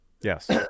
Yes